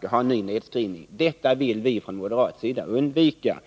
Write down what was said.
fråga om en ny nedskrivning. Detta vill vi från moderat sida undvika.